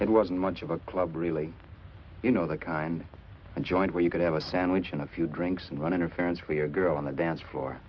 it wasn't much of a club really you know the kind of joint where you could have a sandwich and a few drinks and run interference for your girl on the dance floor